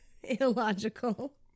Illogical